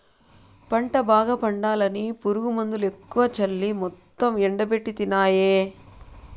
పంట బాగా పండాలని పురుగుమందులెక్కువ చల్లి మొత్తం ఎండబెట్టితినాయే